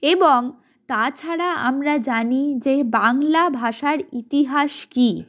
এবং তাছাড়া আমরা জানি যে বাংলা ভাষার ইতিহাস কী